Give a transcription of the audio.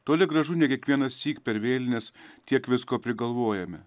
toli gražu ne kiekvienąsyk per vėlines tiek visko prigalvojame